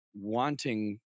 wanting